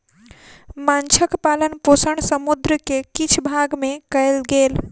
माँछक पालन पोषण समुद्र के किछ भाग में कयल गेल